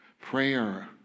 Prayer